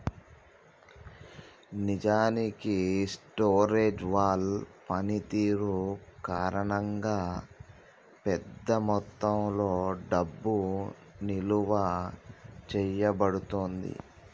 నిజానికి storage wall పనితీరు కారణంగా పెద్ద మొత్తంలో డబ్బు నిలువ చేయబడుతుంది